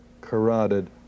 carotid